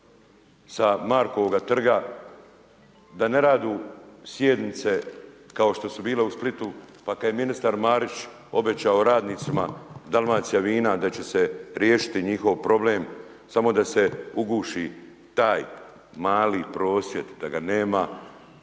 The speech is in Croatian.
sa Markovoga trga, da ne rade sjednice kao što su bile u Splitu, pa kad je ministar Marić obećao radnicima Dalmacija Vina da će se riješiti njihov problem, samo da se uguši taj mali prosvjed, da ga nema,